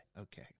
Okay